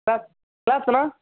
கிளா கிளாத்துண்ணா